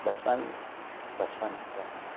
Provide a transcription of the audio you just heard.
بچپن بچپن ہوتا ہے